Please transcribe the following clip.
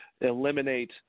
eliminate